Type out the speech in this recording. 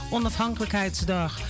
Onafhankelijkheidsdag